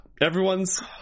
everyone's